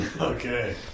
Okay